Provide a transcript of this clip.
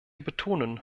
betonen